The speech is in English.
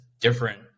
different